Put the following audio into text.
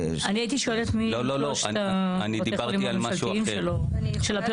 אני הייתי שואלת מי הם שלושת בתי החולים הממשלתיים הפריפריאליים.